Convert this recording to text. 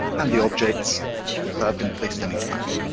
and the objects that have been placed in each band.